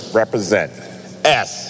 represents